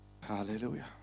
Hallelujah